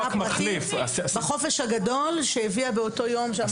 פרטית בחופש הגדול שהביאה באותו יום מחליף.